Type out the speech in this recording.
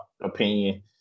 opinion